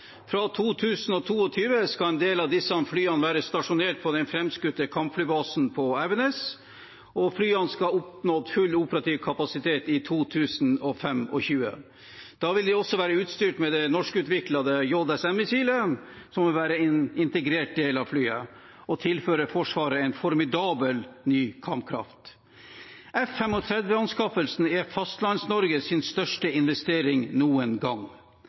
Fra 2022 skal en del av disse flyene være stasjonert på den framskutte kampflybasen på Evenes, og flyene skal ha oppnådd full operativ kapasitet i 2025. Da vil de også være utstyrt med det norskutviklede JSM-missilet, som vil være en integrert del av flyet og tilføre Forsvaret en formidabel ny kampkraft. F-35-anskaffelsen er Fastlands-Norges største investering noen gang.